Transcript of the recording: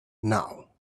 now